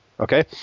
Okay